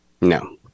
No